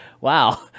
wow